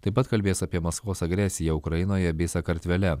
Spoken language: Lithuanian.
taip pat kalbės apie maskvos agresiją ukrainoje bei sakartvele